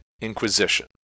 Inquisition